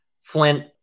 Flint